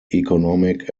economic